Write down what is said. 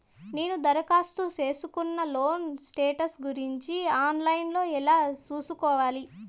నేను దరఖాస్తు సేసుకున్న లోను స్టేటస్ గురించి ఆన్ లైను లో ఎలా సూసుకోవాలి?